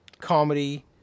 comedy